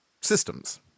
systems